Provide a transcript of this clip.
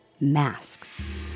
masks